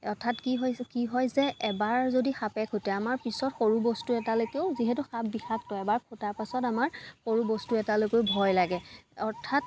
অৰ্থাৎ কি হৈছে কি হয় যে এবাৰ যদি সাপে খোটে আমাৰ পিছত সৰু বস্তু এটালৈকো যিহেতু সাপ বিষাক্ত এবাৰ খুটাৰ পাছত আমাৰ সৰু বস্তু এটালৈকেও ভয় লাগে অৰ্থাৎ